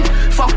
Fuck